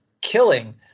killing